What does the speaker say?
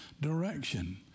direction